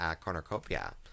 Cornucopia